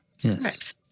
Yes